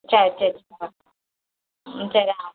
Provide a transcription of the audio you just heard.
சரி சரிப்பா ம் சரி